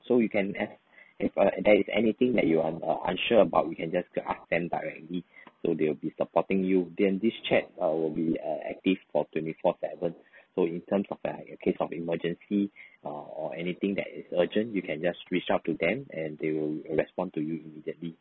so you can eh if uh there is anything that you un~ uh unsure about you can just ask them directly so they will be supporting you then this chat uh will be uh active for twenty four seven so in terms of like a case of emergency ah or anything that is urgent you can just reach out to them and they will respond to you immediately